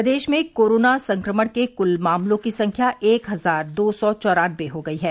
प्रदेश में कोरोना संक्रमण के कुल मामलों की संख्या एक हजार दो सौ चौरानवे हो गई है